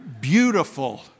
beautiful